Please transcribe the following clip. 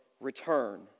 return